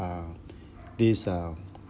uh this um